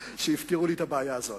שיפתרו לי את הבעיה הזאת.